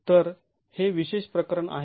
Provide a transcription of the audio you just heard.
तर हे विशेष प्रकरण आहे